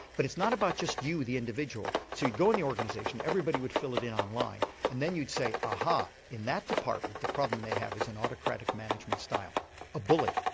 but it's not about just you the individual so you go in the organisation, everybody would fill it in on line and then you'd say aha, in that department the problem they have is an autocratic management style a bully.